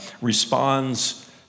responds